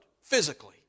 physically